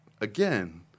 again